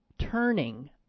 turning